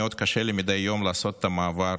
מאוד קשה לי מדי יום לעשות את המעבר